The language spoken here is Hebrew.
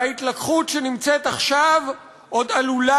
וההתלקחות שנמצאת עכשיו עוד עלולה